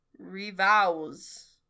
revows